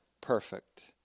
perfect